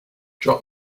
drop